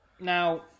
Now